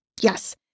Yes